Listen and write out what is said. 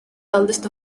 eldest